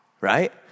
right